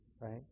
Right